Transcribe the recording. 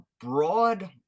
broad